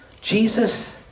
Jesus